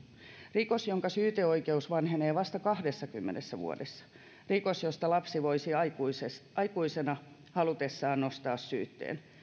rikos jonka syyteoikeus vanhenee vasta kahdessakymmenessä vuodessa rikos josta lapsi voisi aikuisena halutessaan nostaa syytteen